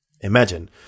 Imagine